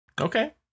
Okay